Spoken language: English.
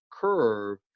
curve